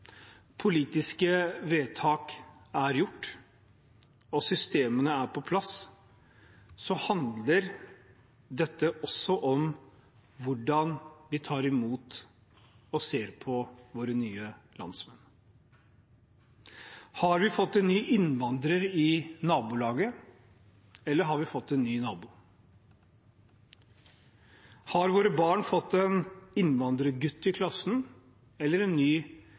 politiske vedtak er gjort, og systemene er på plass, handler dette også om hvordan vi tar imot og ser på våre nye landsmenn. Har vi fått en ny innvandrer i nabolaget, eller har vi fått en ny nabo? Har våre barn fått en innvandrergutt i klassen eller en ny